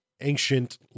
ancient